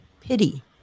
pity